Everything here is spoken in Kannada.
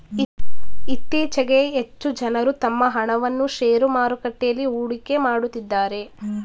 ಇತ್ತೀಚೆಗೆ ಹೆಚ್ಚು ಜನರು ತಮ್ಮ ಹಣವನ್ನು ಶೇರು ಮಾರುಕಟ್ಟೆಯಲ್ಲಿ ಹೂಡಿಕೆ ಮಾಡುತ್ತಿದ್ದಾರೆ